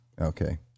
Okay